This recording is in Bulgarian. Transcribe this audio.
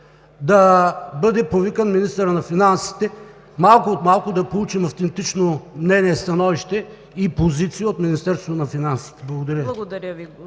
да бъде повикан министърът на финансите, за да получим малко от малко автентично мнение, становище и позиция от Министерството на финансите. Благодаря Ви.